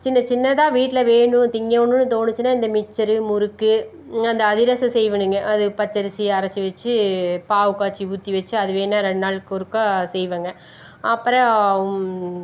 சின்னச்சின்னதாக வீட்டில வேணும் திங்க ஒன்றும் தோணுச்சின்னா இந்த மிக்சர் முறுக்கு இன்னும் அந்த அதிரசம் செய்வேனுங்க அது பச்சரிசி அரைச்சி வச்சு பாகு காச்சி ஊற்றி வச்சு அதுவேண்ணா ரெண்டு நாளுக்கு ஒருக்கா செய்வேங்க அப்புறம்